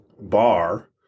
bar